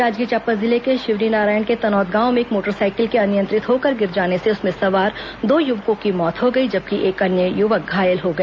जांजगीर चांपा जिले के शिवरीनारायण के तनौद गांव में एक मोटरसाइकिल के अनियंत्रित होकर गिर जाने से उसमें सवार दो युवकों की मौत हो गई जबकि एक अन्य युवक घायल हो गया